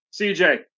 CJ